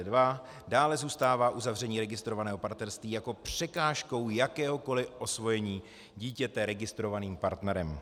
2 dále zůstává uzavření registrovaného partnerství jako překážkou jakéhokoliv osvojení dítěte registrovaným partnerem.